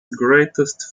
greatest